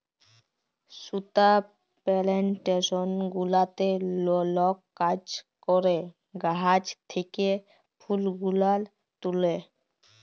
সুতা পেলেনটেসন গুলাতে লক কাজ ক্যরে গাহাচ থ্যাকে ফুল গুলান তুলে